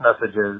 messages